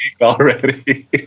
already